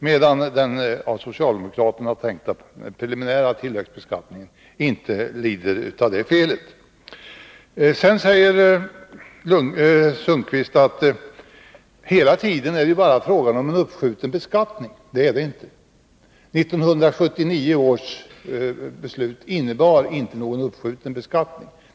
Men den av socialdemokraterna tänkta preliminära tillväxtbeskattningen lider inte av det felet. Så säger Tage Sundkvist att det hela tiden bara är fråga om en uppskjuten beskattning. Det är det inte. 1979 års beslut innebar inte någon uppskjutning av beskattningen.